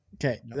okay